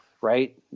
right